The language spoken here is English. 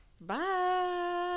Bye